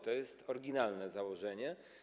To jest oryginalne założenie.